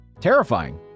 Terrifying